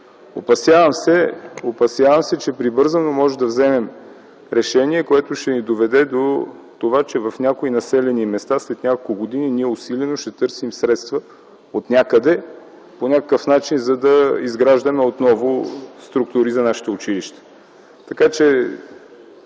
Опасявам се, че прибързано можем да вземем решение, което ще ни доведе до това, че в някои населени места след няколко години усилено ще търсим средства отнякъде по някакъв начин да изграждаме отново структурите за нашето училище.